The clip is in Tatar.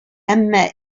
әмма